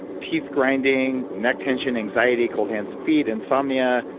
teeth grinding, neck tension, anxiety, cold hands and feet, insomnia,